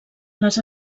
les